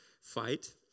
fight